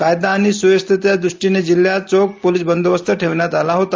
कायदा आणि सुव्यवस्थेच्या दृष्टीने जिल्ह्यात चोख पोलीस बंदोबस्त ठेवण्यात आला होता